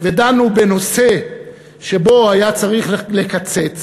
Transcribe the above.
ודנו בנושא שבו היה צריך לקצץ